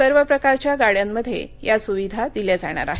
सर्व प्रकारच्या गाड्यामध्ये या सुविधा दिल्या जाणार आहेत